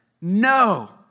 No